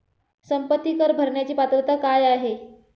संपत्ती कर भरण्याची पात्रता काय आहे?